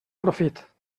profit